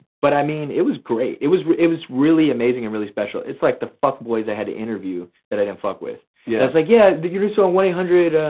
but i mean it was great, it was it was really amazing and really special, it's like the fuckboys i had to interview that i didn't fuck with. yeah. it's like yeah you know so and one eight hundred, ah,